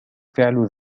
فعل